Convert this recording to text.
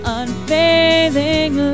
unfailing